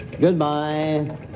Goodbye